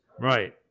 Right